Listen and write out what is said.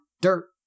Dirt